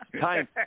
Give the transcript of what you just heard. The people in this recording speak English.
time